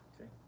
Okay